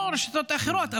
או רשתות אחרות,